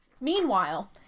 Meanwhile